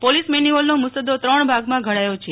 police મેન્યુઅલનો મુસદો ત્રણ ભાગમાં ઘડાયો છે